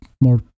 more